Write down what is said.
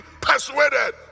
persuaded